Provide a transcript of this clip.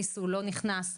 הכניסו או לא נכנס וכדומה.